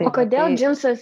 o kodėl džinsas